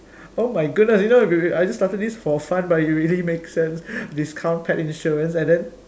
oh my goodness you know I just started this for fun but it really make sense discount pet insurance and then